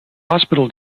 hospital